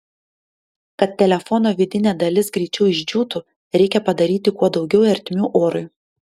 kad telefono vidinė dalis greičiau išdžiūtų reikia padaryti kuo daugiau ertmių orui